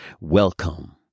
Welcome